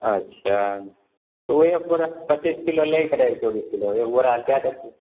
अच्छा तऽ ओ एक बोरा पचीस किलो लै के रहै किलो बोरा कए दितियै